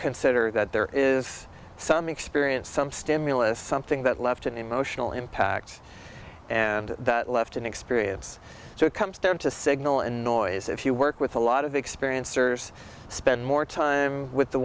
consider that there is some experience some stimulus something that left an emotional impact and that left an experience so it comes down to signal and noise if you work with a lot of experience servers spend more time with the